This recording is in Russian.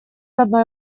одной